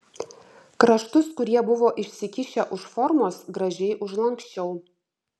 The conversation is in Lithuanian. kraštus kurie buvo išsikišę už formos gražiai užlanksčiau